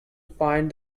find